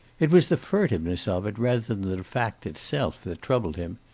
it was the furtiveness of it rather than the fact itself that troubled him.